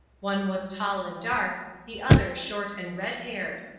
one was tall and dark, the other short and red-haired.